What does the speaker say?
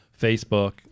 Facebook